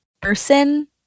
person